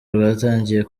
rwatangiye